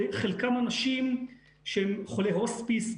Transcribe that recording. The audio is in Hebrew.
חלקם אנשים שהם חולי הוספיס.